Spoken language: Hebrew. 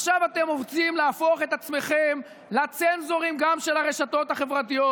עכשיו אתם רוצים להפוך את עצמכם לצנזורים גם של הרשתות החברתיות,